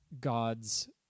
God's